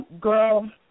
Girl